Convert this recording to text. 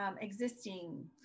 existing